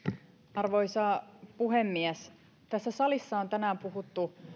arvoisa puhemies tässä salissa on tänään puhuttu